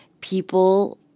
people